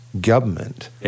government